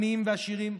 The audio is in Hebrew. לעניים ועשירים.